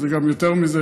אבל זה גם יותר מזה,